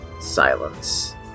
silence